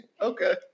Okay